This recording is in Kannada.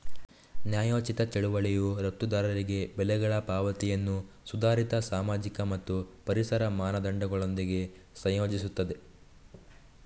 ನ್ಯಾಯೋಚಿತ ಚಳುವಳಿಯು ರಫ್ತುದಾರರಿಗೆ ಬೆಲೆಗಳ ಪಾವತಿಯನ್ನು ಸುಧಾರಿತ ಸಾಮಾಜಿಕ ಮತ್ತು ಪರಿಸರ ಮಾನದಂಡಗಳೊಂದಿಗೆ ಸಂಯೋಜಿಸುತ್ತದೆ